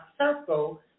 circle